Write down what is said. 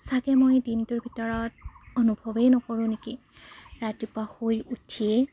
চাগৈ মই দিনটোৰ ভিতৰত অনুভৱেই নকৰোঁ নেকি ৰাতিপুৱা শুই উঠিয়েই